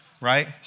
right